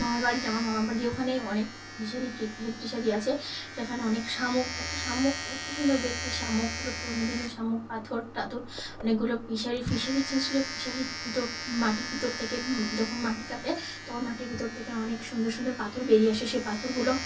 মামার বাড়ির আমার মামার বাড়ির ওখানে অনেক ফিশারি টি ফিশারি টিশারি আছে সেখানে অনেক শামুক একটা শামুক কী সুন্দর দেখতে শামুকগুলো পুরনো দিনের শামুক পাথর টাথর অনেকগুলো ফিশারি ফিশারি ছেঁচলে ফিশারির ভিতর মাটির ভিতর থেকে যখন মাটি কাটে তখন মাটির ভিতর থেকে অনেক সুন্দর সুন্দর পাথর বেরিয়ে আসে সেই পাথরগুলো